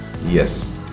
yes